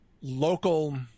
local